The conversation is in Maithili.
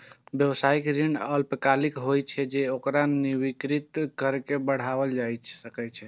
व्यावसायिक ऋण अल्पकालिक होइ छै, पर ओकरा नवीनीकृत कैर के बढ़ाओल जा सकै छै